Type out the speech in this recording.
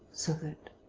so that?